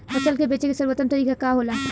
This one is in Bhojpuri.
फसल के बेचे के सर्वोत्तम तरीका का होला?